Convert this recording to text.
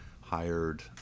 hired